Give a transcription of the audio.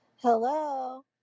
Hello